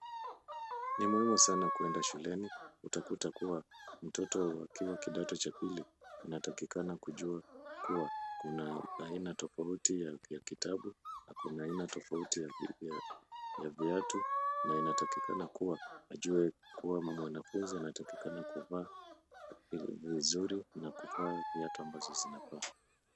Ni muhimu sana kuenda shuleni, utakuta kuwa mtoto akiwa kidato cha pili anatakikana kujua kuwa kuna aina tofauti ya kitabu na kuna aina tofauti ya viatu na inatakikana kuwa ajue kuwa mwanafunzi anatakikana kuvaa vizuri na kuvaa viatu ambazo zinafaa